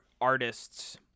artists